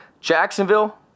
Jacksonville